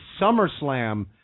SummerSlam